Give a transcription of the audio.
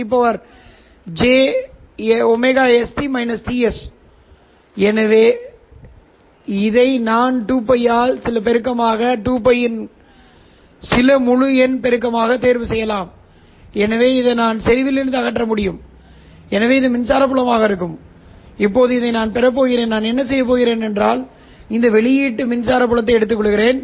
சரி இருப்பினும் பிரச்சினை ஹீட்டோடைன் ஹோமோடைனைப் போல உணர்திறன் இல்லை எனவே நீங்கள் ஹோமோடைன் ஒத்திசைவான ரிசீவரைப் பயன்படுத்த விரும்புகிறீர்கள் ஆனால் நீங்கள் ஒரு ஹோமோடைன் ஒத்திசைவான ரிசீவரைப் பயன்படுத்த விரும்பினால் நீங்கள் ஆப்டிகல் கட்ட பூட்டு வளையத்தை தருவிக்க வேண்டும்